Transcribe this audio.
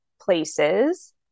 places